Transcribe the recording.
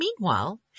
Meanwhile